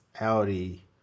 Audi